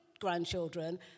grandchildren